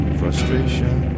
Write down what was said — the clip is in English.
frustration